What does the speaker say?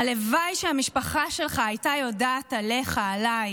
הלוואי שהמשפחה שלך הייתה יודעת עליך, עליי"